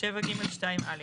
7 (ג') 2 א'.